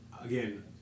again